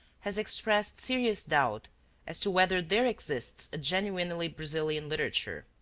has expressed serious doubt as to whether there exists a genuinely brazilian literature.